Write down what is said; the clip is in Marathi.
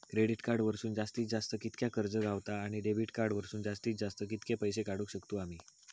क्रेडिट कार्ड वरसून जास्तीत जास्त कितक्या कर्ज गावता, आणि डेबिट कार्ड वरसून जास्तीत जास्त कितके पैसे काढुक शकतू आम्ही?